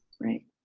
Right